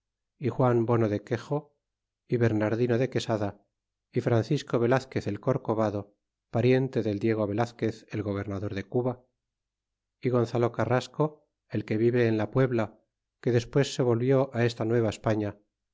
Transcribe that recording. y juan bono de quexo y bernardino de quesada y francisco velazquez el corcobado pariente del diego velazquez el gobernador de cuba y gonzalo carrasco el que vive en la puebla que despues se volvió esta